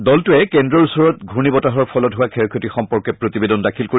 দলটোৱে কেন্দ্ৰৰ ওচৰত ঘূৰ্ণী বতাহৰ ফলত হোৱা ক্ষয় ক্ষতি সম্পৰ্কে প্ৰতিবেদন দাখিল কৰিব